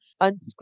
unscripted